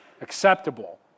acceptable